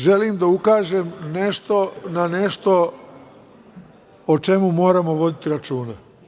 Želim da ukažem na nešto o čemu moramo voditi računa.